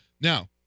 now